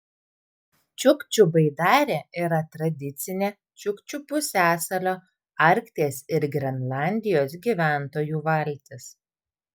čiukčių baidarė yra tradicinė čiukčių pusiasalio arkties ir grenlandijos gyventojų valtis